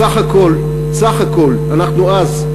סך הכול אנחנו אז,